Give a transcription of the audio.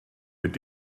mit